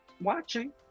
watching